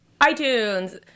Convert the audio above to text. iTunes